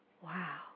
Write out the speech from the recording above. wow